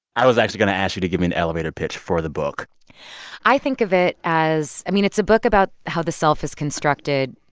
i was actually going to ask you to give me an elevator pitch for the book i think of it as i mean, it's a book about how the self is constructed,